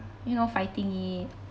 you know fighting it